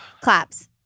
Claps